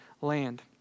land